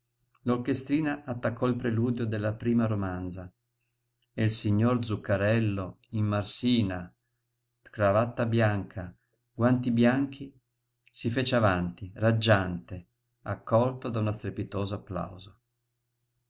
l'orchestrina attaccò il preludio della prima romanza e il signor zuccarello in marsina cravatta bianca guanti bianchi si fece avanti raggiante accolto da uno strepitoso applauso